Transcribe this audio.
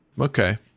Okay